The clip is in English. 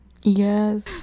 Yes